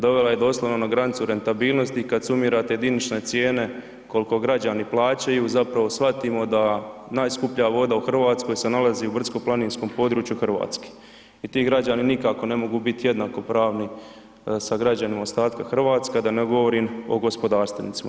Dovela je doslovno na granicu rentabilnosti i kad sumirate jedinične cijene kolko građani plaćaju, zapravo shvatimo da najskuplja voda u RH se nalazi u brdsko planinskom području RH i ti građani nikako ne mogu bit jednakopravni sa građanima ostatka RH, a da ne govorim o gospodarstvenicima.